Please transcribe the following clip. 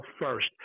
first